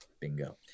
Bingo